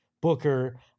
Booker